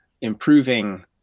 improving